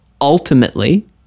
ultimately